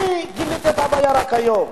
אני גיליתי את הבעיה רק היום.